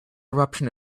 eruption